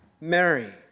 Mary